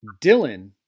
Dylan